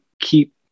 keep